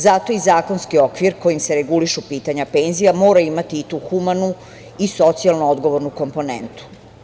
Zato i zakonski okvir kojim se regulišu pitanja penzija mora imati i tu humanu i socijalno odgovornu komponentu.